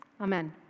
Amen